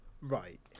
Right